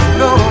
no